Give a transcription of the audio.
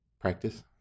Practice